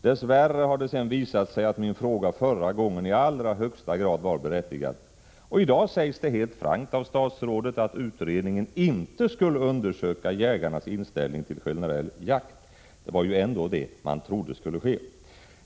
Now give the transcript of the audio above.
Dess värre har det sedan visat sig att min fråga förra gången i allra högsta grad var berättigad. I dag sägs det helt frankt i statsrådets svar att utredningen inte skulle undersöka jägarnas inställning till generell jakt; det var ju ändå det man trodde skulle ske.